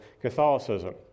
Catholicism